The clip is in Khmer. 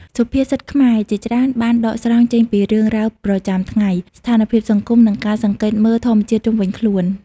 សុភាសិតខ្មែរជាច្រើនបានដកស្រង់ចេញពីរឿងរ៉ាវប្រចាំថ្ងៃ ស្ថានភាពសង្គម និងការសង្កេតលើធម្មជាតិជុំវិញខ្លួន។